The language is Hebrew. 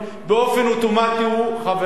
באופן אוטומטי הוא חבר?